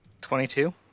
twenty-two